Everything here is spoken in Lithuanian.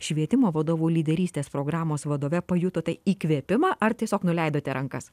švietimo vadovų lyderystės programos vadove pajuto tai įkvėpimą ar tiesiog nuleidote rankas